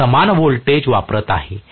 मी समान व्होल्टेज वापरत आहे